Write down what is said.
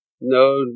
No